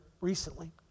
recently